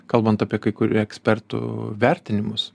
kalbant apie kai kurių ekspertų vertinimus